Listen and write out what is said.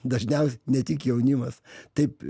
dažniausiai ne tik jaunimas taip